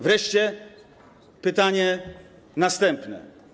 Wreszcie pytanie następne.